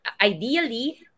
ideally